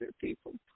people